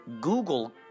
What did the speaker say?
Google